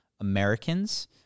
Americans